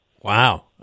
Wow